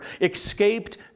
escaped